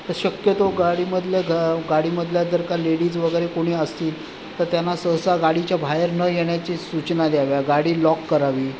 तर शक्यतो गाडीमधल्या घ् गाडीमधल्या जर का लेडीज वगैरे कोणी असतील तर त्यांना सहसा गाडीच्या बाहेर न येण्याची सूचना द्याव्या गाडी लॉक करावी